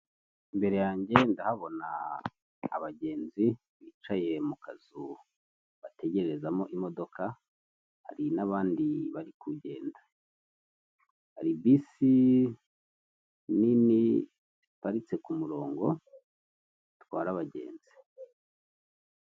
Imbere yanjye ndahabona abagenzi bicaye mu kazu bategerezamo imodoka, hari n'abandi bari kugenda, hari bisi nini ziparitse ku murongo zitwara abagenzi.